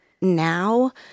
Now